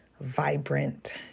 vibrant